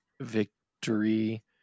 victory